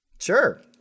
sure